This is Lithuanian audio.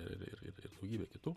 ir ir ir ir daugybė kitų